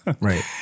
right